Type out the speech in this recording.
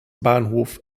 bahnhof